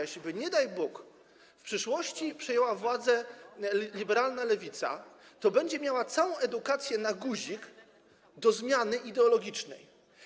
Jeśliby, nie daj Bóg, w przyszłości przejęła władzę liberalna lewica, będzie miała całą edukację dopiętą na guzik do zmiany ideologicznej.